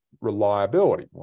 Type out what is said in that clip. reliability